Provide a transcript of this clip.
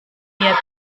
mir